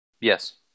Yes